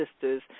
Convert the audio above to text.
sisters